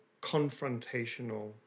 confrontational